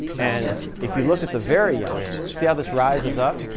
and if you look at the very young see how this rises up?